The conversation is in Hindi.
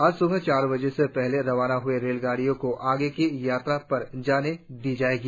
आज सुबह चार बजे से पहले रवाना ह्ई रेलगाडियों को आगे की यात्रा पर जाने दिया जाएगा